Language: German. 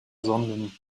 sonden